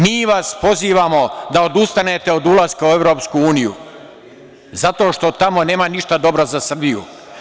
Mi vas pozivamo da odustanete od ulaska u EU zato što tamo nema ništa dobro za Srbiju.